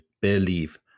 believe